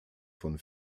von